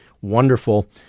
wonderful